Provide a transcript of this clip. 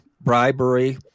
bribery